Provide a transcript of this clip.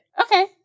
Okay